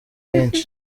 nyinshi